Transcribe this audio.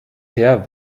her